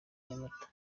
nyamata